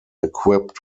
equipped